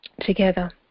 together